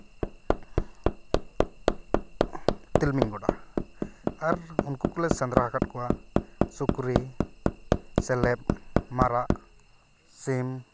ᱛᱤᱞᱢᱤᱧ ᱜᱚᱰᱟ ᱟᱨ ᱩᱱᱠᱩ ᱠᱚᱞᱮ ᱥᱮᱸᱫᱽᱨᱟ ᱟᱠᱟᱫ ᱠᱚᱣᱟ ᱥᱩᱠᱨᱤ ᱥᱮᱞᱮᱵᱽ ᱢᱟᱨᱟᱜ ᱥᱤᱢ